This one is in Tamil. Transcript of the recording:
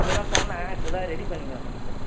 இப்போ தான் சொன்னேன் இப்போ தான் ரெடி பண்ணிருக்கானுங்க சார்